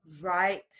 right